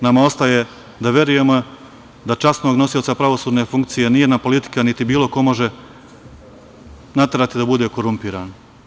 Nama ostaje da verujemo da časnog nosioca pravosudne funkcije ni jedna politika, niti bilo ko, može naterati da bude korumpiran.